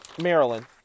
Maryland